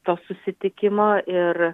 to susitikimo ir